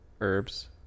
herbs